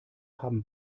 haben